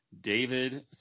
david